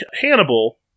Hannibal